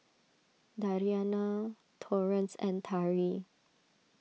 Dariana Torrance and Tari